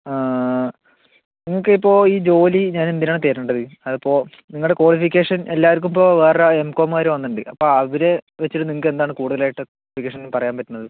നിങ്ങൾക്ക് ഇപ്പോൾ ഈ ജോലി ഞാൻ എന്തിന് ആണ് തരേണ്ടത് അതിപ്പോൾ നിങ്ങളുടെ ക്വാളിഫിക്കേഷൻ എല്ലാവർക്കും ഇപ്പോൾ വേറെ എംകോംകാര് വന്നിട്ടുണ്ട് അപ്പോൾ അവരെ വച്ചിട്ട് നിങ്ങൾക്ക് എന്താണ് കൂടുതലായിട്ട് ക്വാളിഫിക്കേഷനിൽ പറയാൻ പറ്റുന്നത്